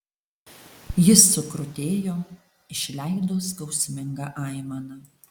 jis sukrutėjo išleido skausmingą aimaną